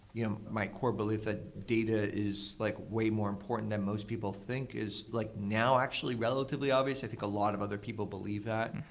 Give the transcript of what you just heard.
you know my core belief is that data is like way more important than most people think is like, now, actually relatively obvious. i think a lot of other people believe that.